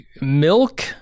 milk